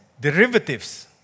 derivatives